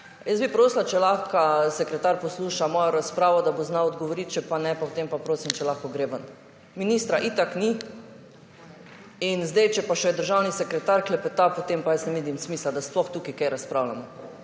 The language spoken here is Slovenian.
Jaz bi prosila, če lahko sekreta posluša mojo razpravo, da bo znal odgovoriti, če pa ne, potem pa prosim, če lahko gre ven. Ministra itak ni in zdaj, če pa še državni sekretar klepeta, potem pa jaz ne vidim smisla, da sploh tukaj kaj razpravljamo.